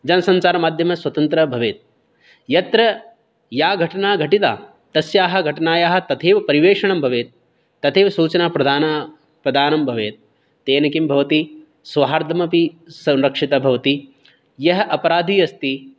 जनसञ्चारमाध्यमः स्वतन्त्रः भवेत् यत्र या घटना घटिता तस्याः घटनायाः तथैव परिवेषणं भवेत् तथैव सूचनाप्रदाना प्रदानं भवेत् तेन किं भवति सौहार्दं अपि संरक्षिता भवति यः अपराधी अस्ति